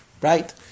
Right